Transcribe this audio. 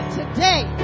today